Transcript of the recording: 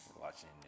watching